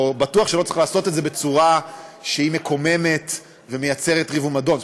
או: בטוח שלא צריך לעשות את זה בצורה שמקוממת ויוצרת ריב ומדון.